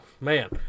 man